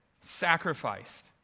sacrificed